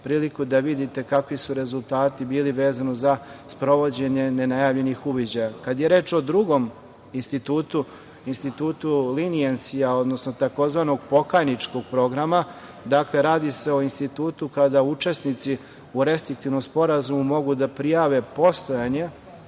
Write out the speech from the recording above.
priliku da vidite kakvi su rezultati bili vezano za sprovođenje nenajavljenih uviđaja. Kad je reč o drugom institutu, institutu "leniency", odnosno tzv. "pokajničkog programa", radi se o institutu kada učesnici u restriktivnom sporazumu mogu da prijave postojanje